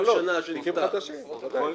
כל שנה --- לא, לא, תיקים חדשים, בוודאי.